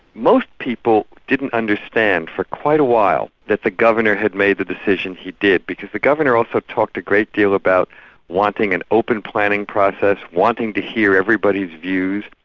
most people didn't understand for quite a while that the governor had made the decision he did, because the governor also talked a great deal about wanting an open planning process, wanting to hear everybody's views.